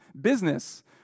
business